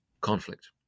conflict